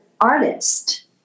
artist